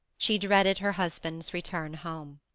she dreaded her husband's return home.